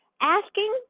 asking